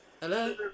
hello